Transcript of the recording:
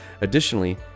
Additionally